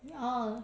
嗯